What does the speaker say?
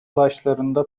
başlarında